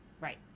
right